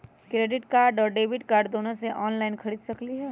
Credit card और debit card दोनों से ऑनलाइन खरीद सकली ह?